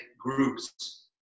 groups